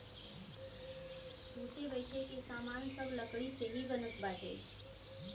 सुते बईठे के सामान सब लकड़ी से ही बनत बाटे